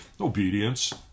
obedience